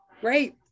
Great